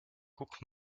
guck